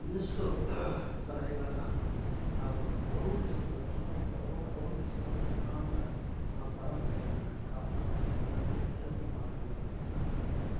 ಇನ್ನಷ್ಟು ಸಲಹೆಗಳನ್ನ ನಾವು ಅವಲೋಕಿಸುದ್ರ ಜೊತೆ ಅವಲೋಕಿಸುವದರ ಮುಖಾಂತರ ನಾವು ಪರಂಪರೆಯನ್ನ ಕಾಪಾಡುವ ನಿಟ್ನೊಳಗೆ ಕೆಲಸ ಮಾಡ್ತಾವೆನೋ ಅಂತ ನನಗೆ ಅನಸ್ತಾ ಇದೆ